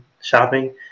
shopping